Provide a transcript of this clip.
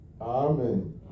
Amen